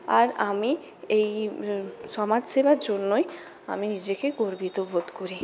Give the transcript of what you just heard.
আর আমি এই সমাজ সেবার জন্যই আমি নিজেকে গর্বিত বোধ করি